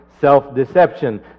self-deception